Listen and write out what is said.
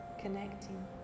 connecting